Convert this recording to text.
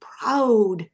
proud